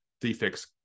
defects